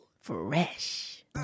Fresh